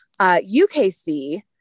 UKC